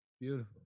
Beautiful